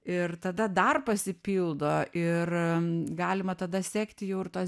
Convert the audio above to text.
ir tada dar pasipildo ir galima tada sekti jau ir tos